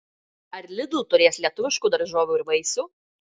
ar lidl turės lietuviškų daržovių ir vaisių